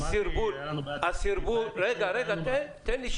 שמעתי --- תן לי,